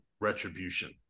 Retribution